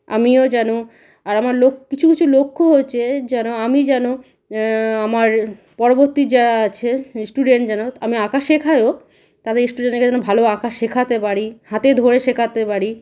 আমিও যেন আর আমার লোক কিছু কিছু লক্ষ্য হচ্ছে যেন আমি যেন আমার পরবর্তী যারা আছে স্টুডেন্ট যারা আমি আঁকা শেখাইও তাদের স্টুডেন্টরা যেন ভালো আঁকা শেখাতে পারি হাতে ধরে শেখাতে পারি